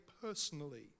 personally